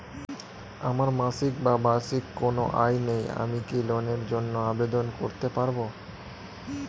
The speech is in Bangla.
আমার মাসিক বা বার্ষিক কোন আয় নেই আমি কি লোনের জন্য আবেদন করতে পারব?